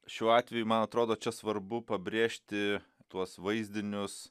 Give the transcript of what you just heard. šiuo atveju man atrodo čia svarbu pabrėžti tuos vaizdinius